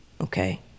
Okay